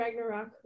ragnarok